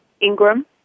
Ingram